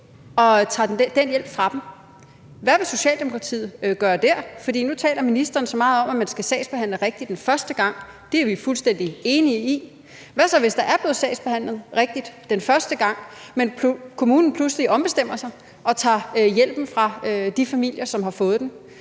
og tager den hjælp fra dem? Hvad vil Socialdemokratiet gøre dér? For nu taler ministeren så meget om, at man skal sagsbehandle rigtigt den første gang. Og det er vi jo fuldstændig enige i. Men hvad så, hvis der er blevet sagsbehandlet rigtigt den første gang, men at kommunen pludselig ombestemmer sig og tager hjælpen fra de familier, som har fået den?